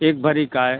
एक भरी का है